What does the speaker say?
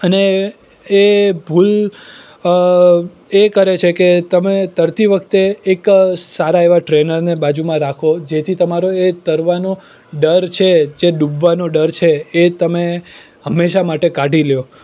અને એ ભૂલ એ કરે છે કે તમે તરતી વખતે એક સારા એવા ટ્રેનરને બાજુમાં રાખો જેથી તમારો એ તરવાનો ડર છે જે ડૂબવાનો ડર છે એ તમે હંમેશા માટે કાઢી લો